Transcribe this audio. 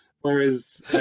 Whereas